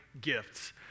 gifts